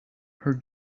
her